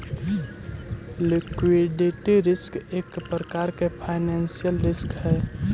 liquidity risk एक प्रकार के फाइनेंशियल रिस्क हई